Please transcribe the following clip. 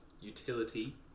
utility